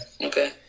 Okay